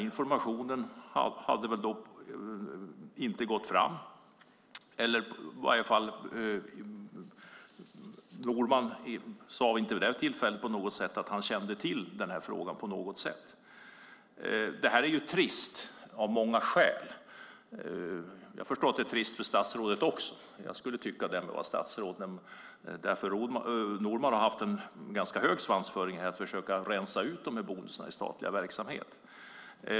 Informationen hade väl inte gått fram - Norman sade i alla fall inte i den debatten att han kände till den här frågan på något sätt. Det här är trist av många skäl. Jag förstår att det är trist för statsrådet också - jag skulle tycka det om jag var statsråd - för Norman har haft en ganska hög svansföring när det gäller att försöka rensa ut de här bonusarna ur statlig verksamhet.